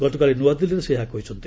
ଗତକାଲି ନୂଆଦିଲ୍ଲୀରେ ସେ ଏହା କହିଛନ୍ତି